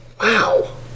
Wow